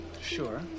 sure